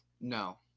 No